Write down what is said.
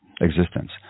existence